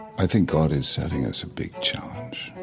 i think god is setting us a big challenge,